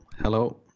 hello